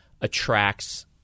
attracts